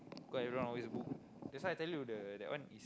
cause everyone always book that's why I tell you the that one is